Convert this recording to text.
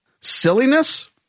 Silliness